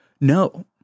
No